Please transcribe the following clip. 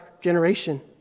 generation